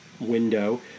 window